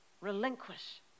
relinquish